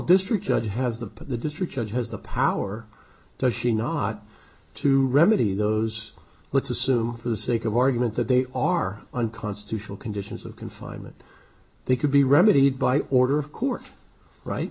district judge has the put the district judge has the power does she not to remedy those let's assume for the sake of argument that they are unconstitutional conditions of confinement they could be remedied by order of court right